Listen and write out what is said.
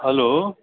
hello